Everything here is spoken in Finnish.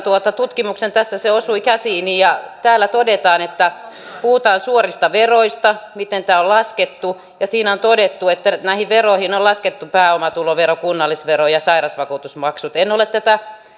tutkimuksen tässä se osui käsiini ja täällä todetaan että puhutaan suorista veroista miten tämä on laskettu ja siinä on todettu että näihin veroihin on laskettu pääomatulovero kunnallisvero ja sairausvakuutusmaksut en ole tätä